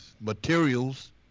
materials